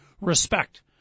respect